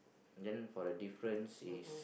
then for the difference is